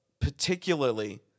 particularly